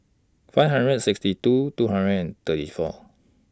five hundred and sixty two two hundred and thirty four